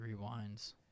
rewinds